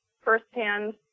firsthand